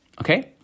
Okay